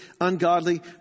ungodly